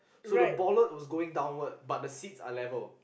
so the bollard was going downward but the seats are level